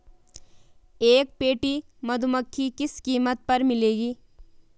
एक पेटी मधुमक्खी किस कीमत पर मिलेगी?